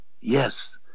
Yes